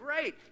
great